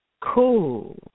cool